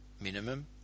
minimum